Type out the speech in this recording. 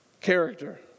character